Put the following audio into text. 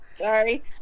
Sorry